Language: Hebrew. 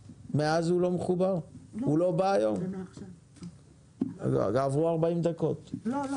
1. מה אחוז הלוחמים והלוחמות בצה"ל